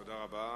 תודה רבה.